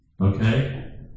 Okay